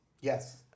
Yes